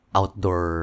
outdoor